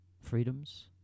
freedoms